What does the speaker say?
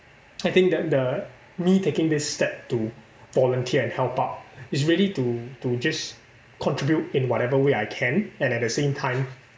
I think that the me taking this step to volunteer and help out is really to to just contribute in whatever way I can and at the same time